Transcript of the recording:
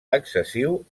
excessiu